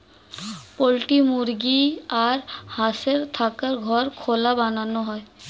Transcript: poultry মুরগি আর হাঁসের থাকার ঘর খোলা বানানো হয়